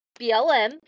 BLM